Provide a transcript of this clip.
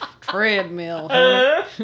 treadmill